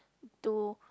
to